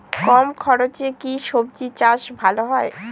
কম খরচে কি সবজি চাষ ভালো হয়?